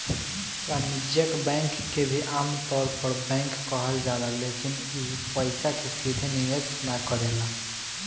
वाणिज्यिक बैंक के भी आमतौर पर बैंक कहल जाला लेकिन इ पइसा के सीधे निवेश ना करेला